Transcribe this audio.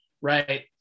right